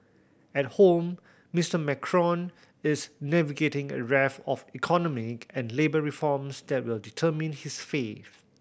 at home Mister Macron is navigating a raft of economic and labour reforms that will determine his fate